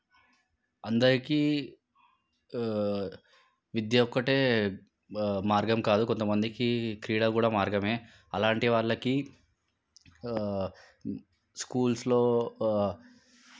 అందరికి విద్య ఒక్కటే మార్గం కాదు కొంతమందికి క్రీడ కూడా మార్గమే అలాంటి వాళ్ళకి స్కూల్స్లో